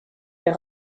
des